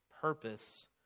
purpose